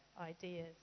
ideas